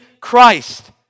Christ